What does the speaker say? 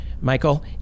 Michael